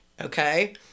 okay